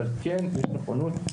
אבל כן יש נכונות,